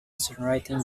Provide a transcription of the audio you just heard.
songwriting